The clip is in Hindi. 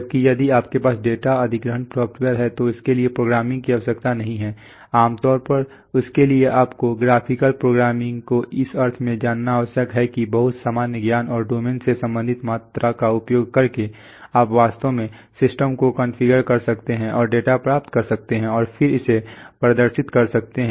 जबकि यदि आपके पास डेटा अधिग्रहण सॉफ्टवेयर है तो इसके लिए प्रोग्रामिंग की आवश्यकता नहीं है आम तौर पर इसके लिए आपको ग्राफिकल प्रोग्रामिंग को इस अर्थ में जानना आवश्यक है कि बहुत सामान्य ज्ञान और डोमेन से संबंधित मात्रा का उपयोग करके आप वास्तव में सिस्टम को कॉन्फ़िगर कर सकते हैं और डेटा प्राप्त कर सकते हैं और फिर इसे प्रदर्शित कर सकते हैं